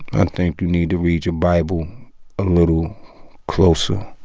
and think you need to read your bible a little closer.